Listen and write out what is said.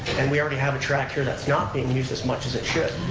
and we already have a track here that's not being used as much as it should.